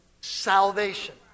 salvation